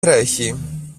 τρέχει